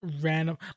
random